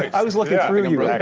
i was looking i mean and